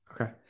Okay